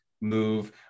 move